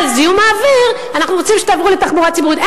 זיהום האוויר אנחנו רוצים שתעברו לתחבורה ציבורית.